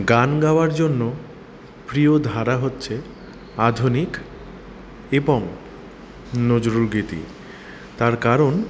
গান গাওয়ার জন্য প্রিয় ধারা হচ্ছে আধুনিক এবং নজরুলগীতি তার কারণ